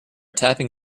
tapping